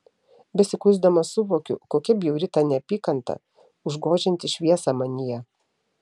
besikuisdama suvokiu kokia bjauri ta neapykanta užgožianti šviesą manyje